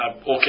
okay